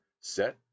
set